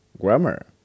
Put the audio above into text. grammar